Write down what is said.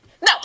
no